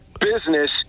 business